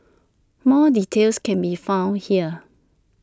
more details can be found here